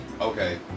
okay